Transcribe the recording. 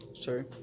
Sorry